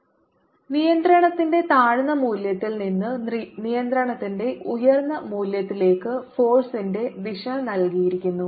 n12i183j122182×312i183j6427231i3331j നിയന്ത്രണത്തിന്റെ താഴ്ന്ന മൂല്യത്തിൽ നിന്ന് നിയന്ത്രണത്തിന്റെ ഉയർന്ന മൂല്യത്തിലേക്ക് ഫോഴ്സിന്റെ ദിശ നൽകിയിരിക്കുന്നു